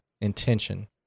intention